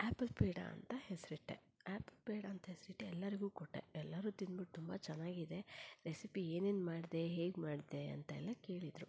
apple peda ಅಂತ ಹೆಸರಿಟ್ಟೆ apple peda ಅಂತ ಹೆಸರಿಟ್ಟು ಎಲ್ಲರಿಗೂ ಕೊಟ್ಟೆ ಎಲ್ಲರೂ ತಿಂದ್ಬಿಟ್ಟು ತುಂಬ ಚೆನ್ನಾಗಿದೆ ರೆಸಿಪಿ ಏನೇನು ಮಾಡಿದೆ ಹೇಗೆ ಮಾಡಿದೆ ಅಂತ ಎಲ್ಲ ಕೇಳಿದರು